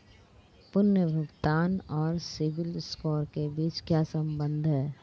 पुनर्भुगतान और सिबिल स्कोर के बीच क्या संबंध है?